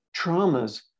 traumas